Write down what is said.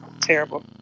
terrible